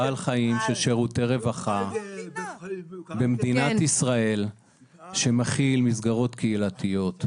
של שירותי רווחה במדינת ישראל שמכיל מסגרות קהילתיות,